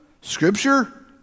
Scripture